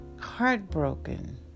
Heartbroken